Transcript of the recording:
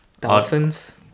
Dolphins